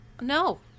no